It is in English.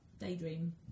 daydream